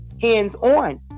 hands-on